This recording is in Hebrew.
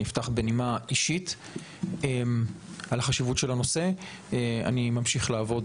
אני אפתח בנימה אישית על חשיבות הנושא: אני ממשיך לעבוד.